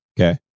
Okay